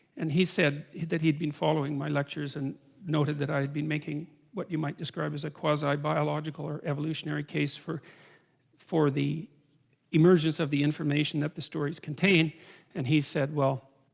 and he said that he'd been following my lectures and noted that i had been making what you might describe as a quasi biological or evolutionary case for for the emergence of the information that the stories contained and he said well